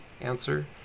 Answer